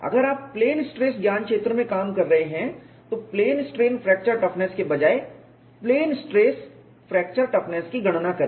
अगर आप plane stress ज्ञानक्षेत्र में काम कर रहे हैं तो प्लेन स्ट्रेन फ्रैक्चर टफनेस के बजाय प्लेन स्ट्रेस फ्रैक्चर टफनेस की गणना करें